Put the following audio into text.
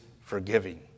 forgiving